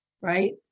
right